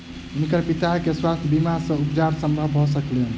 हुनकर पिता के स्वास्थ्य बीमा सॅ उपचार संभव भ सकलैन